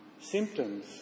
Symptoms